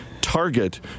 Target